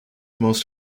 most